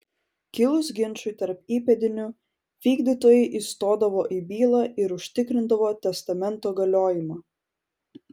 kilus ginčui tarp įpėdinių vykdytojai įstodavo į bylą ir užtikrindavo testamento galiojimą